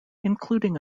including